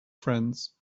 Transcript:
friends